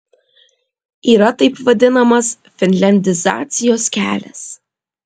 yra taip vadinamas finliandizacijos kelias